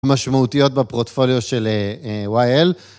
משמעותיות בפורטפוליו של YL.